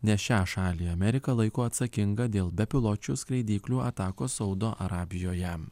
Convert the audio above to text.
nes šią šalį amerika laiko atsakinga dėl bepiločių skraidyklių atakos saudo arabijoje